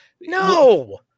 No